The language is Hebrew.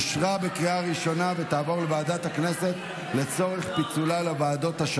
לוועדה שתקבע ועדת הכנסת נתקבלה.